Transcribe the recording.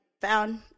found